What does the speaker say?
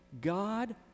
God